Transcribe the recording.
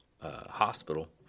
hospital